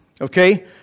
okay